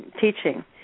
teaching